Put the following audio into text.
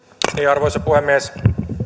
arvoisa puhemies tässä on